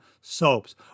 Soaps